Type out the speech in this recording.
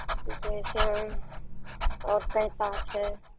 की कहै छै आओर कैँता छै